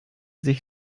sich